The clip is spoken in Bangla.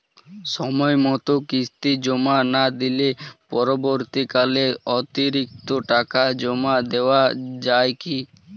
সময় মতো কিস্তি জমা না হলে পরবর্তীকালে অতিরিক্ত টাকা জমা দেওয়া য়ায় কি?